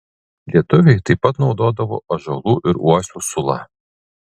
lietuviai taip pat naudodavo ąžuolų ir uosių sulą